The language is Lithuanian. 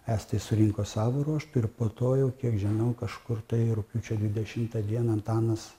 estai surinko savo ruožtu ir po to jau kiek žinau kažkur tai rugpjūčio dvidešimtą dieną antanas